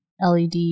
LED